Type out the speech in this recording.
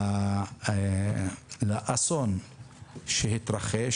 לאסון שהתרחש,